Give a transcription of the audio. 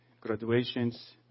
graduations